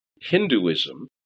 Hinduism